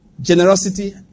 Generosity